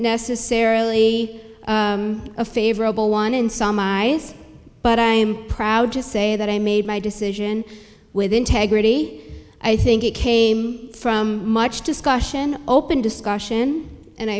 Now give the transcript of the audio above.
necessarily a favorable one in sa my but i'm proud to say that i made my decision with integrity i think it came from much discussion open discussion and i